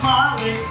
Molly